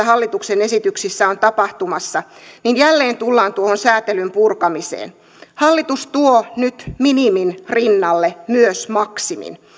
hallituksen esityksissä on tapahtumassa niin jälleen tullaan tuohon säätelyn purkamisen hallitus tuo nyt minimin rinnalle myös maksimin